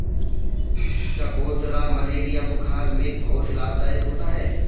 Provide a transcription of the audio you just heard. चकोतरा मलेरिया बुखार में बहुत लाभदायक होता है